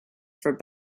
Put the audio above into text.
for